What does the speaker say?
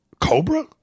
Cobra